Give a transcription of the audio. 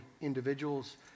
individuals